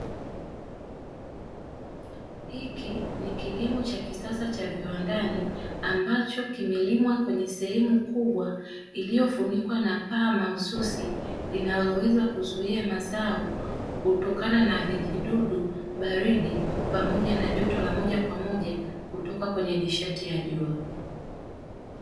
Hiki ni kilimo cha kisasa cha viwandani ambacho kimelimwa kwenye sehemu kubwa, iliyofunikwa na paa mahususi linaloweza kuzuia mazao kutokana na vijidudu, baridi pamoja na joto la moja kwa moja kutoka kwenye nishati ya jua.